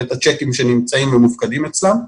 הצ'קים שנמצאים ומופקדים אצלן,